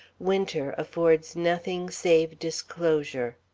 winter affords nothing save disclosure.